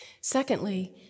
Secondly